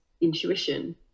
intuition